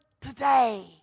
today